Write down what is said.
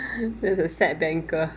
this is a sad banker